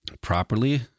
properly